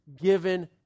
given